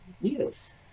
Yes